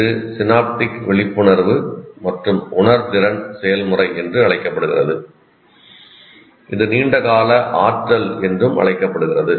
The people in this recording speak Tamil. இது சினாப்டிக் விழிப்புணர்வு மற்றும் உணர்திறன் செயல்முறை என்று அழைக்கப்படுகிறது இது நீண்டகால ஆற்றல் என்றும் அழைக்கப்படுகிறது